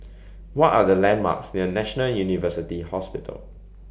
What Are The landmarks near National University Hospital